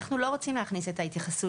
אנחנו לא רוצים להכניס את ההתייחסות